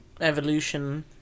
Evolution